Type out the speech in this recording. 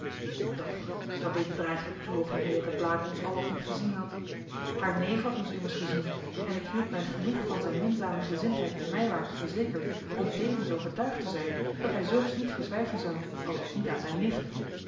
doch wat deed het er eigenlijk toe of henriëtte blaek ons al of niet gezien had haar neef had ons immers gezien en ik hield mij genoeg van zijn minzame gezindheid te mijwaart verzekerd om tevens overtuigd te zijn dat hij zulks niet verzwijgen zou althans niet aan zijn nicht